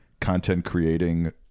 content-creating